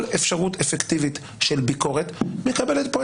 אפשרות אפקטיבית של ביקורת מקבלת פה,